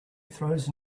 throws